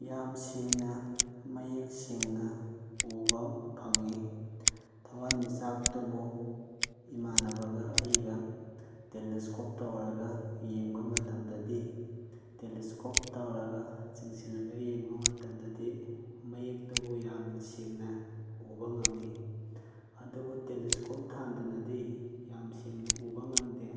ꯌꯥꯝ ꯁꯦꯡꯅ ꯃꯌꯦꯛ ꯁꯦꯡꯅ ꯎꯕ ꯐꯪꯏ ꯊꯋꯥꯟꯃꯤꯆꯥꯛꯇꯨꯕꯨ ꯏꯃꯥꯟꯅꯕꯒ ꯑꯩꯒ ꯇꯦꯂꯤꯁꯀꯣꯞ ꯇꯧꯔꯒ ꯌꯦꯡꯕ ꯃꯇꯝꯗꯗꯤ ꯇꯦꯂꯤꯁꯀꯣꯞ ꯇꯧꯔꯒ ꯆꯤꯡꯁꯤꯜꯂꯒ ꯌꯦꯡꯕ ꯃꯇꯝꯗꯗꯤ ꯃꯌꯦꯛꯇꯨꯕꯨ ꯌꯥꯝꯅ ꯁꯦꯡꯅ ꯎꯕ ꯉꯝꯃꯤ ꯑꯗꯨꯕꯨ ꯇꯦꯂꯤꯁꯀꯣꯞ ꯊꯥꯟꯗꯅꯗꯤ ꯌꯥꯝ ꯁꯦꯡꯅ ꯎꯕ ꯉꯝꯗꯦ